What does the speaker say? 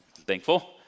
thankful